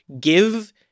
give